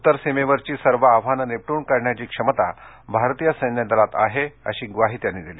उत्तर सीमेवरघी सर्व आव्हानं निपटून काढण्याची क्षमता भारतीय सैन्यदलात आहे अशी ग्वाही त्यांनी दिली